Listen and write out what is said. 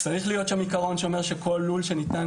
צריך להיות שם עיקרון שאומר שכל לול שניתן